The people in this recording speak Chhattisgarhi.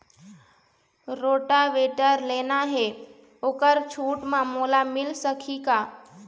रोटावेटर लेना हे ओहर छूट म मोला मिल सकही का?